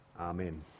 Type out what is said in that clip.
Amen